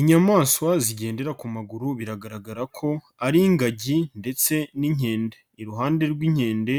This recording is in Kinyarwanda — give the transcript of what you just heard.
Inyamaswa zigendera ku maguru biragaragara ko ari ingagi ndetse n'inkende iruhande rw'inkende